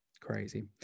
crazy